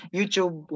YouTube